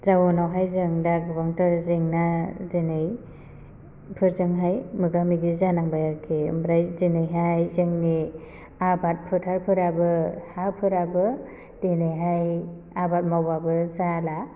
जाउनावहाय जों दा गोबांथार जेंना दिनै फोरजोंहाय गोबां मोगा मोगि जानांबाय आरोखि आमफ्राइ दिनैहाय जोंनि आबाद फोथारफोराबो हा फोराबो दिनैहाय आबाद मावबाबो जाला